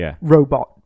robot